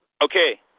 Okay